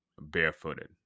barefooted